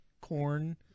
corn